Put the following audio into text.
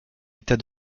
état